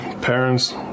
parents